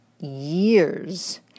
years